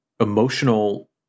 emotional